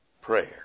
prayer